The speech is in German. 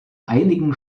einigen